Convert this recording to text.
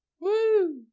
Woo